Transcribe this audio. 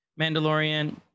Mandalorian